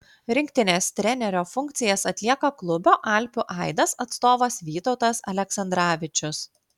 rinktinės trenerio funkcijas atlieka klubo alpių aidas atstovas vytautas aleksandravičius